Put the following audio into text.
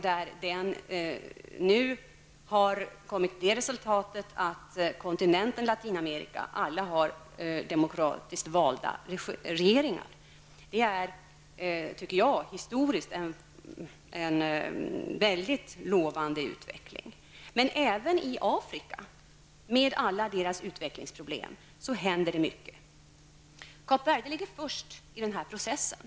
Det har nu gett resultatet att alla länder i Latinamerika har demokratiskt valda regeringar. Det är, tycker jag, historiskt en mycket lovande utveckling. Men även i Afrika, med alla dess utvecklingsproblem, händer mycket positivt. Kap Verde ligger först i den här processen.